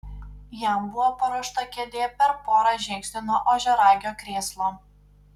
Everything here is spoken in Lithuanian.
jam buvo paruošta kėdė per porą žingsnių nuo ožiaragio krėslo